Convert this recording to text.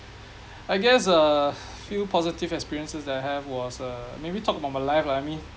I guess a few positive experiences that I have was uh maybe talk about my life lah I mean